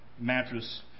mattress